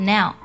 Now 》 ，